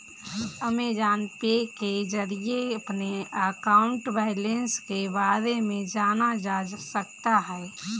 Amazon pay के जरिए अपने अकाउंट बैलेंस के बारे में जाना जा सकता है